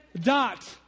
dot